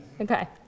Okay